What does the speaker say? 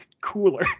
cooler